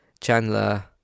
chandler